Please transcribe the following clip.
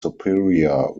superior